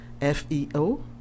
F-E-O